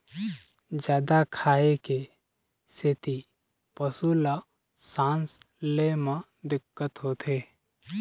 जादा खाए के सेती पशु ल सांस ले म दिक्कत होथे